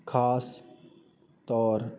ਖ਼ਾਸ ਤੌਰ